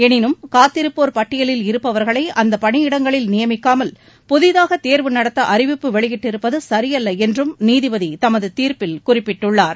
எனினும் காத்திருப்போர் பட்டியலில் இருப்பவர்களை அந்தப் பணியிடங்களில் நியமிக்காமல் புதிதாக தேர்வு நடத்த அறிவிப்பு வெளியிட்டிருப்பது சரியல்ல என்றும் நீதிபதி தமது தீர்ப்பில் குறிப்பிட்டுள்ளார்